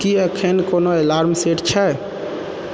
की एखन कोनो alarm set छै